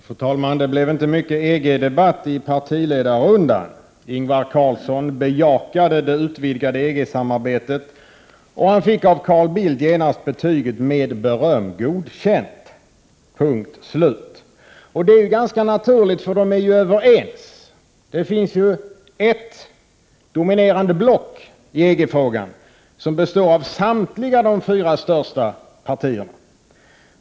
Fru talman! Det blev inte mycket EG-debatt i partiledarrundan. Ingvar Carlsson bejakade det utvidgade EG-samarbetet, och han fick av Carl Bildt genast betyget ”med beröm godkänt” — punkt, slut. Det är ganska naturligt, för de är ju överens. Det finns ett dominerande block i EG-frågan som består av samtliga de fyra största partierna.